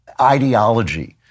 ideology